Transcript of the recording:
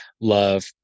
love